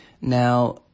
Now